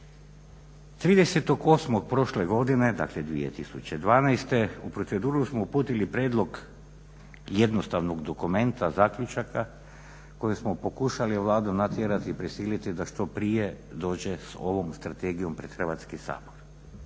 30.8. prošle godine, dakle 2012. u proceduru smo uputili prijedlog jednostavnog dokumenta zaključaka kojim smo pokušali Vladu natjerati, prisiliti da što prije dođe s ovom strategijom pred Hrvatski sabor.